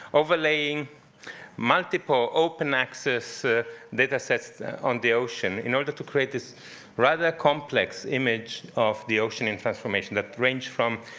overlaying multiple open access ah datasets on the ocean. in order to create this rather complex image of the ocean in transformation, that range from,